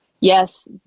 yes